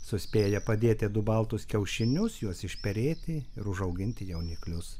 suspėję padėti du baltus kiaušinius juos išperėti ir užauginti jauniklius